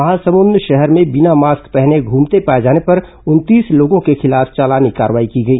महासमुंद शहर में बिना मास्क पहने घूमते पाए जाने पर उनतीस लोगों के खिलाफ चालानी कार्रवाई की गई